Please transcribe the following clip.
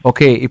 Okay